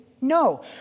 No